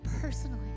personally